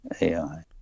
AI